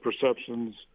perceptions